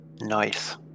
Nice